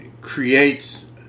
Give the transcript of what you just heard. creates